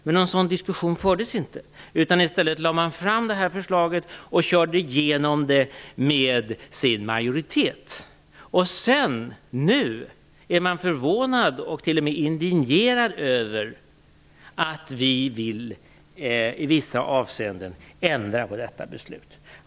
Men någon sådan diskussion fördes inte. I stället lade man fram detta förslag och körde igenom det med sin majoritet. Nu är man förvånad och t.o.m. indignerad över att vi i vissa avseenden vill ändra på detta beslut.